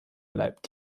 bleibt